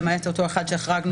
למעט אותו אחד שהחרגנו,